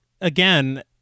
again